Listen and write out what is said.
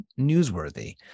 newsworthy